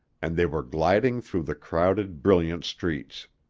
and they were gliding through the crowded, brilliant streets.